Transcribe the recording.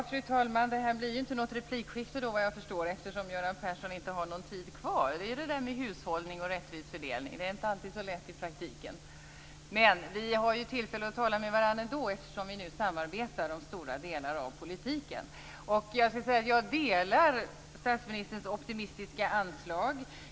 Fru talman! Det blir såvitt jag förstår inte något replikskifte, eftersom Göran Persson inte har någon talartid kvar. Det är det där med hushållning och rättvis fördelning. Det är inte alltid så lätt i praktiken. Men vi har ju tillfälle att tala med varandra ändå, eftersom vi nu samarbetar om stora delar av politiken. Jag delar statsministerns optimistiska anslag.